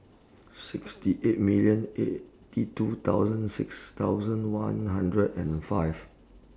sixty eight million eighty two thousand six thousand one hundred and five